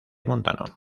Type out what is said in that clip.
montano